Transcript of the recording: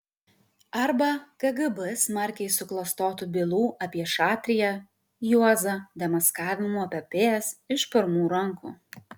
arba kgb smarkiai suklastotų bylų apie šatriją juozą demaskavimų epopėjas iš pirmų rankų